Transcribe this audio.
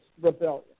rebellion